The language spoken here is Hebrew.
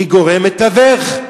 היא גורם מתווך,